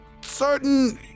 certain